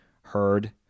heard